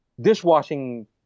dishwashing